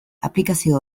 aplikazio